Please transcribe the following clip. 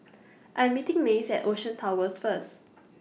I'm meeting Mace At Ocean Towers First